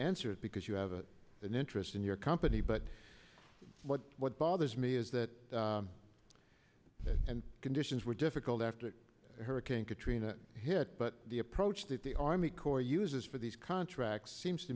answer because you have an interest in your company but what what bothers me is that and conditions were difficult after hurricane katrina hit but the approach that the army corps uses for these contract seems to